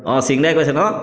অঁ সিং দাই কৈছে ন